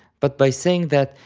but by saying that,